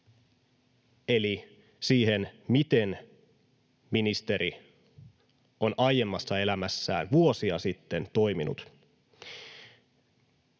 eli siihen, miten ministeri on aiemmassa elämässään vuosia sitten toiminut: